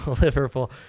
Liverpool